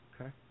Okay